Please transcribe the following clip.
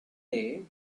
day